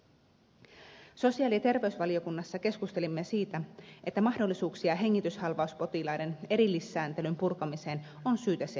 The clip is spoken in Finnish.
sosiaali ja terveysvaliokunnassa keskustelimme siitä että mahdollisuuksia hengityshalvauspotilaiden erillissääntelyn purkamiseen on syytä selvittää